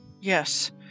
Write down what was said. Yes